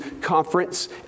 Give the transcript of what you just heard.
conference